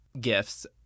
gifts